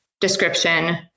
description